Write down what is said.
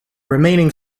remaining